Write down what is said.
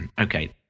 Okay